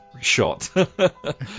shot